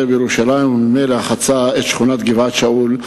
בירושלים וממילא חצה את שכונת גבעת-שאול,